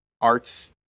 arts